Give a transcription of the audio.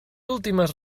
últimes